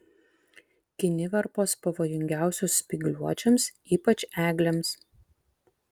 kinivarpos pavojingiausios spygliuočiams ypač eglėms